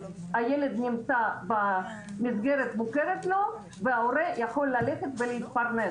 הילד נמצא במסגרת שמוכרת לו וההורה יכול ללכת ולהתפרנס.